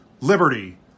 Liberty